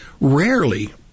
rarely